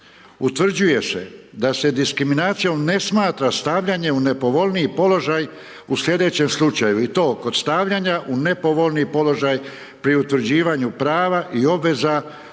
utvrđuje se da se diskriminacijom ne smatra stavljanje u nepovoljniji položaj u slijedećem slučaja i to kod stavljanja u nepovoljni položaj pri utvrđivanju prava i obveza uređenim